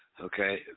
Okay